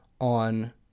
on